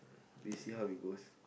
we see how it goes